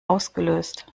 ausgelöst